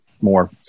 more